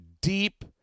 deep